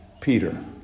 Peter